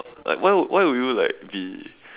like why why would you like be